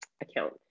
account